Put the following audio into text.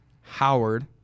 Howard